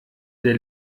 der